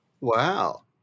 Wow